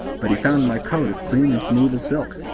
but he found my coat as clean and smooth as silk.